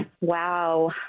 Wow